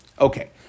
Okay